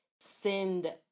send